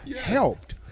helped